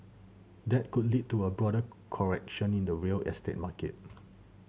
that could lead to a broader correction in the real estate market